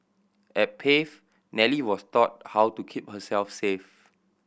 at Pave Nellie was taught how to keep herself safe